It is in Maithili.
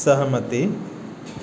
सहमति